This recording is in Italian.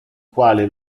quale